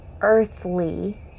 earthly